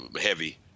heavy